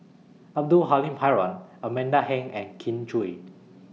Abdul Halim Haron Amanda Heng and Kin Chui